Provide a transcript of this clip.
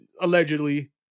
allegedly